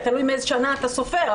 תלוי מאיזו שנה אתה סופר,